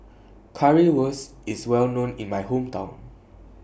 Currywurst IS Well known in My Hometown